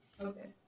Okay